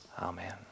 Amen